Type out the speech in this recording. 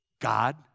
God